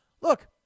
Look